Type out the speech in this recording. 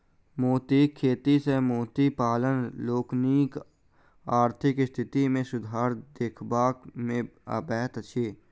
मोतीक खेती सॅ मोती पालक लोकनिक आर्थिक स्थिति मे सुधार देखबा मे अबैत अछि